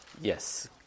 Yes